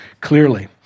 clearly